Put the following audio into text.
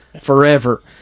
forever